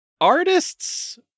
artists